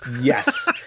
Yes